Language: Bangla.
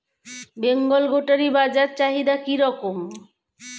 বেঙ্গল গোটারি বাজার চাহিদা কি রকম?